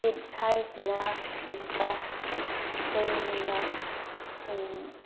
ꯏꯗ ꯍꯥꯏꯔꯤꯁꯤꯅ ꯑꯃꯨꯛꯀ ꯑꯩꯈꯣꯏꯅ